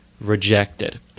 rejected